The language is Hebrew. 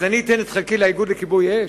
אז אני אתן את חלקי לאיגוד לכיבוי אש?